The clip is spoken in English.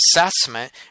assessment